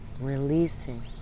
releasing